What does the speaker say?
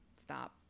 stop